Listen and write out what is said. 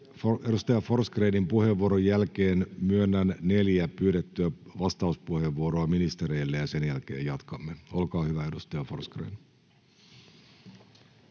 Edustaja Forsgrénin puheenvuoron jälkeen myönnän neljä pyydettyä vastauspuheenvuoroa ministereille, ja sen jälkeen jatkamme. — Olkaa hyvä, edustaja Forsgrén.